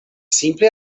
simple